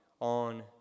on